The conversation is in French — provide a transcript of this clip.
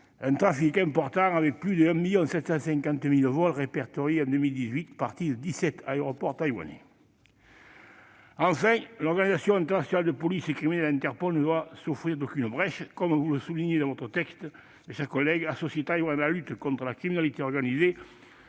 un trafic important avec plus de 1 750 000 vols répertoriés en 2018, partis de dix-sept aéroports taïwanais. Enfin, l'Organisation internationale de police criminelle, Interpol, ne doit souffrir d'aucune brèche. Comme souligné dans le texte de nos collègues, associer Taïwan à la lutte contre la criminalité organisée